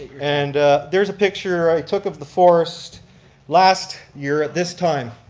and there's a picture i took of the forest last year at this time.